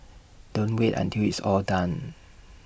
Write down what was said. don't wait until it's all done